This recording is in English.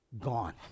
Gone